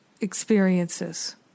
experiences